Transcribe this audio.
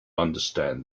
understand